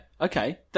okay